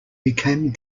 became